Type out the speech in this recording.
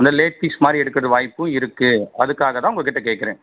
இந்த late fees மாதிரி எடுக்கிறது வாய்ப்பும் இருக்கு அதுக்காக தான் உங்கள் கிட்ட கேட்கறேன்